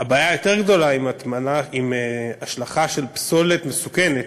הבעיה היותר-גדולה עם השלכה של פסולת מסוכנת,